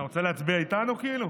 מה, אתה רוצה להצביע איתנו כאילו?